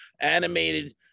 animated